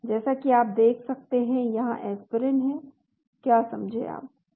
जैसा कि आप देख सकते हैं यहां एस्पिरिन है क्या समझे आप